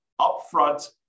upfront